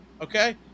Okay